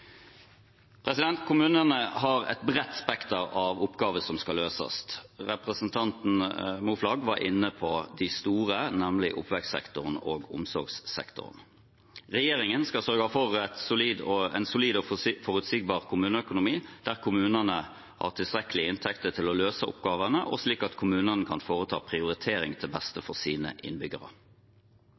Kommunene har et bredt spekter av oppgaver som skal løses. Representanten Moflag var inne på de store, nemlig oppvekstsektoren og omsorgssektoren. Regjeringen skal sørge for en solid og forutsigbar kommuneøkonomi der kommunene har tilstrekkelige inntekter til å løse oppgavene, og slik at kommunene kan foreta prioriteringer til beste for sine innbyggere.